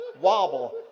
wobble